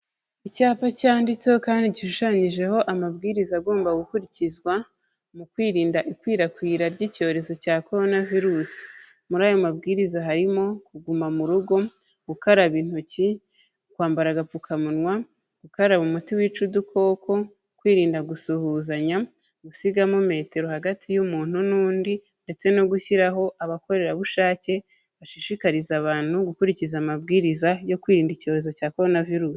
Icyapa cyanditseho kandi gishushanyijeho amabwiriza agomba gukurikizwa mu kwirinda ikwirakwira ry'icyorezo cya coronavirusi. Muri aya mabwiriza harimo kuguma mu rugo, gukaraba intoki, kwambara agapfukamunwa, gukaraba umuti wica udukoko, kwirinda gusuhuzanya, gusigamo metero hagati y'umuntu n'undi, ndetse no gushyiraho abakorerabushake bashishikariza abantu gukurikiza amabwiriza yo kwirinda icyorezo cya corona virusi.